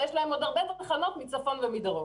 אבל יש להם עוד הרבה תחנות מצפון ומדרום.